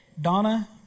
Donna